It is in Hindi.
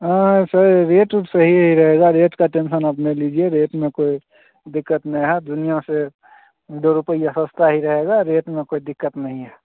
हाँ सर रेट उट सही ही रहेगा रेट का टेंशन आप नहीं लीजिए रेट में कोई दिक्कत नहीं है दुनिया से दो रुपया सस्ता ही रहेगा रेट में कोई दिक्कत नहीं है